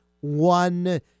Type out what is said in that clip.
one